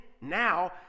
now